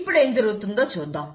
ఇప్పుడు ఏం జరుగుతుందో చూద్దాం